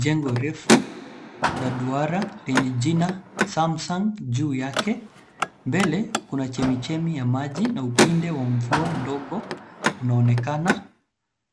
Jengo refu la duara lenye jina samsung juu yake. Mbele kuna chemichemi ya maji na upinde wa mvua ndogo unaonekana.